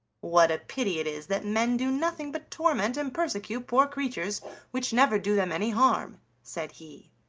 what a pity it is that men do nothing but torment and persecute poor creatures which never do them any harm! said he,